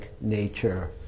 nature